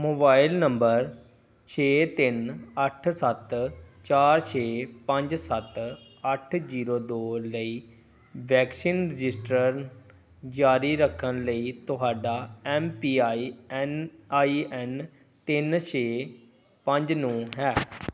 mobile number ਛੇ ਤਿੰਨ ਅੱਠ ਸੱਤ ਚਾਰ ਛੇ ਪੰਜ ਸੱਤ ਅੱਠ ਜੀਰੋ ਦੋ ਲਈ ਵੈਕਸੀਨ ਰਜਿਸਟ੍ਰੇਸ਼ਨ ਜਾਰੀ ਰੱਖਣ ਲਈ ਤੁਹਾਡਾ M P I N I N ਤਿੰਨ ਛੇ ਪੰਜ ਨੌਂ ਹੈ